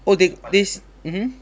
oh they they mmhmm